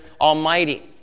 Almighty